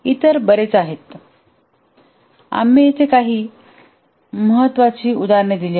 इतर बरेच आहेत आम्ही येथे काही महत्त्वाची उदाहरणे दिली आहेत